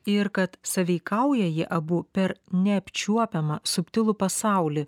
ir kad sąveikauja jie abu per neapčiuopiamą subtilų pasaulį